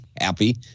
happy